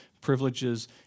privileges